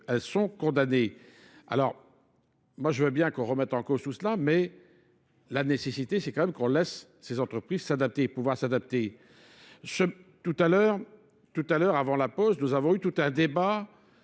elles sont condamnées. Alors moi je veux bien qu'on remette en cause tout cela mais... La nécessité, c'est quand même qu'on laisse ces entreprises s'adapter, pouvoir s'adapter. Tout à l'heure, avant la pause, nous avons eu tout un débat